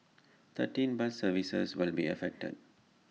thirteen bus services will be affected